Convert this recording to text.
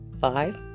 five